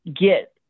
get